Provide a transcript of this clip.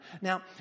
Now